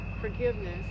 forgiveness